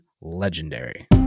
legendary